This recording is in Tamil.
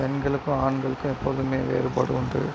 பெண்களுக்கும் ஆண்களுக்கும் எப்போதும் வேறுபாடு உண்டு